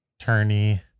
turny